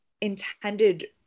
intended